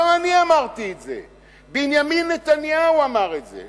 לא אני אמרתי את זה, בנימין נתניהו אמר את זה.